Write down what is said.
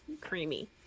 creamy